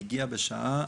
היא הגיעה בשעה